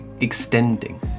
extending